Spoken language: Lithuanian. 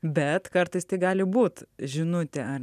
bet kartais tai gali būt žinutė ar